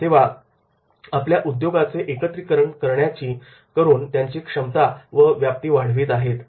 विमान सेवा उद्योगाचे एकत्रीकरण त्याची क्षमता व व्याप्ती वाढवीत आहे